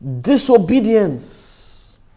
disobedience